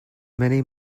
many